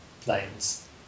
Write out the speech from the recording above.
planes